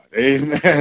Amen